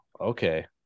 Okay